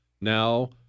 Now